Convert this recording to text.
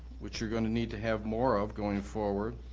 which you're gonna need to have more of going forward,